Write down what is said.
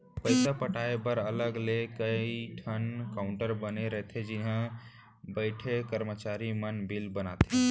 पइसा पटाए बर अलग ले कइ ठन काउंटर बने रथे जिहॉ बइठे करमचारी मन बिल बनाथे